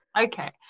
Okay